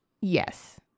Yes